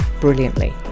brilliantly